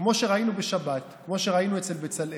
כמו שראינו בשבת, כמו שראינו אצל בצלאל,